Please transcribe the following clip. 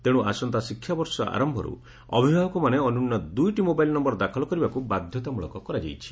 ତେଶୁ ଆସନ୍ତା ଶିକ୍ଷାବର୍ଷ ଆର ଅଭିଭାବକମାନେ ଅନ୍ୟୁନ ଦୁଇଟି ମୋବାଇଲ୍ ନଧର ଦାଖଲ କରିବାକୁ ବାଧ୍ଘତାମୂଳକ କରାଯାଇଛି